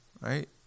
right